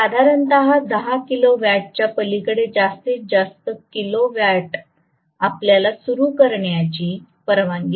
साधारणत 10 किलो वॅटच्या पलीकडे जास्तीत जास्त kil० किलो वॅट आपल्याला सुरू करण्याची परवानगी नाही